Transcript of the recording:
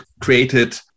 created